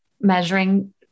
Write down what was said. measuring